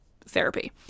therapy